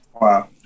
wow